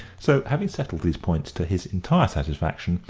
so, having settled these points to his entire satisfaction,